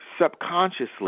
subconsciously